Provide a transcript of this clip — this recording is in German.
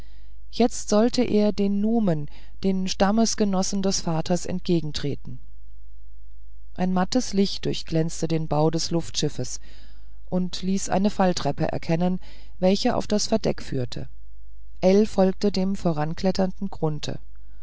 jetzt sollte er den numen den stammesgenossen des vaters entgegentreten ein mattes licht durchglänzte den bau des luftschiffs und ließ eine falltreppe erkennen welche auf das verdeck führte ell folgte dem vorankletternden grunthe